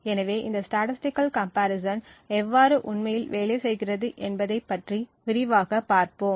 எனவே இந்த ஸ்டேடஸ்ட்டிகள் கம்பேரிசன் எவ்வாறு உண்மையில் வேலை செய்கிறது என்பதைப் பற்றி விரிவாகப் பார்ப்போம்